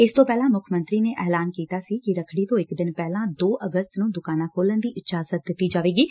ਇਸ ਤੋਂ ਪਹਿਲਾਂ ਮੁੱਖ ਮੰਤਰੀ ਨੇ ਐਲਾਨ ਕੀਤਾ ਸੀ ਕਿ ਰੱਖੜੀ ਤੋਂ ਇਕ ਦਿਨ ਪਹਿਲਾਂ ਦੋ ਅਗਸਤ ਨੂੰ ਦੁਕਾਨਾਂ ਖੋਲੁਣ ਦੀ ਇਜਾਜ਼ਤ ਦਿੱਤੀ ਜਾਏਗੀ